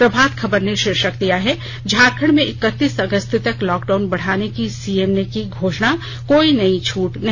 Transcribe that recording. प्रभात खबर ने शीर्षक दिया है झारखंड में इक्कतीस अगस्त तक लॉकडाउन बढ़ाने की सीएम ने की घोषणा कोई नई छूट नहीं